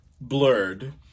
blurred